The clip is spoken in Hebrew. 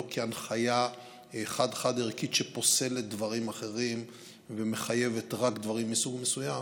לא כהנחיה חד-חד-ערכית שפוסלת דברים אחרים ומחייבת רק דברים מסוג מסוים,